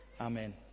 Amen